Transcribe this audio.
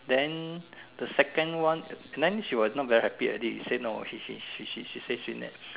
then the second one then she was not very happy at it she say no she she she she say she never